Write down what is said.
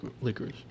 licorice